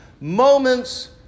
Moments